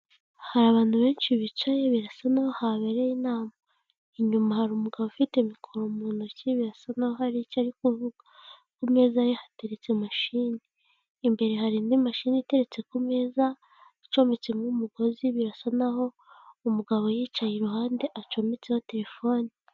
Hari abantu benshi bicaye birasa naho habereye inama. Inyuma hari umugabo ufite mikoro mu ntoki birasa naho hari icyo ari kuvuga. Ku meza ye hateretse mashini. Imbere hari indi mashini iteretse ku meza icometsemo umugozi birasa naho umugabo uyicaye iruhande acometseho telefone.